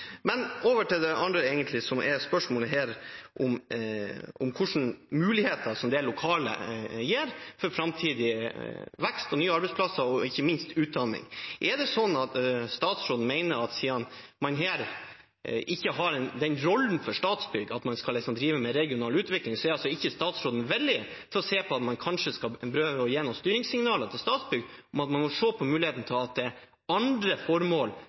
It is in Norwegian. Men over til det andre som egentlig er spørsmålet her – hva slags muligheter det lokalet gir for framtidig vekst og nye arbeidsplasser og ikke minst utdanning. Er det sånn at statsråden mener at siden Statsbygg ikke har den rollen å skulle drive med regional utvikling, er altså ikke statsråden villig til å se på om man kanskje skal prøve å gi noen styringssignaler til Statsbygg om at man må se på muligheten for andre formål enn det man normalt skal holde på med, at man faktisk bruker bygningsmassen til